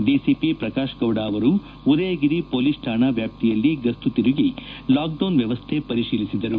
DCP Prakash Gowda ಅವರು Udayagiri police ಶಾಣಾ ವ್ಯಾಪ್ತಿಯಲ್ಲಿ ಗಸ್ತು ತಿರುಗಿ ಲಾಕ್ಡೌನ್ ವ್ಯವಸ್ಥೆ ಪರಿಶೀಲಿಸಿದರು